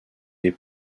les